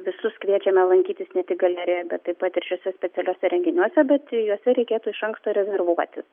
visus kviečiame lankytis ne tik galerijoj bet taip pat ir šiuose specialiuose renginiuose bet juose reikėtų iš anksto rezervuoti